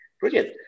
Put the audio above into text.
Brilliant